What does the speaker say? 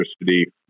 electricity